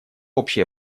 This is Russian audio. общее